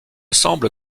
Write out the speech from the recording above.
semble